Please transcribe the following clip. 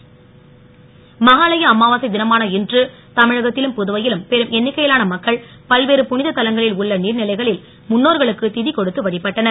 அமாவாசை மஹாளய அமாவாசை தினமான இன்று தமிழத்திலும் புதுவையிலும் பெரும் எண்ணிக்கையிலான மக்கள் பல்வேறு புனித தலங்களில் உள்ள நீர் நிலைகளில் முன்னோர்களுக்கு திதி கொடுத்து வழிபட்டனர்